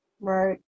Right